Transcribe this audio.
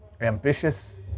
ambitious